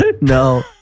No